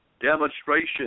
demonstration